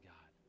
God